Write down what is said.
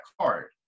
card